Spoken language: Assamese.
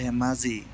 ধেমাজি